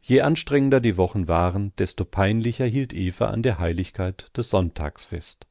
je anstrengender die wochen waren desto peinlicher hielt eva an der heiligkeit des sonntags fest